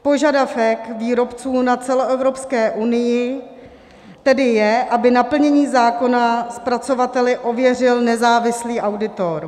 Požadavek výrobců na celoevropské unii tedy je, aby naplnění zákona zpracovateli ověřil nezávislý auditor.